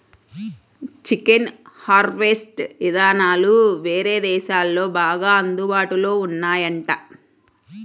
chicken harvest ఇదానాలు వేరే దేశాల్లో బాగా అందుబాటులో ఉన్నాయంట